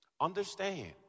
understand